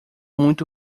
muito